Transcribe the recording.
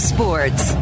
Sports